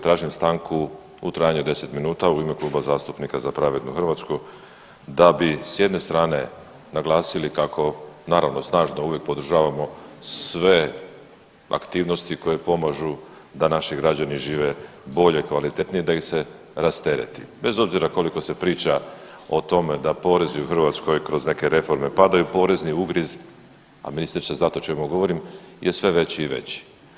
Tražim stanku u trajanju od 10 minuta u ime Kluba zastupnika Za pravednu Hrvatsku da bi s jedne strane naglasili kako naravno snažno uvijek podržavamo sve aktivnosti koje pomažu da naši građani žive bolje, kvalitetnije da ih se rastereti, bez obzira koliko se priča o tome da porezi u Hrvatskoj kroz neke reforme padaju, porezni ugriz, a ministar će znati o čemu govorim je sve veći i veći.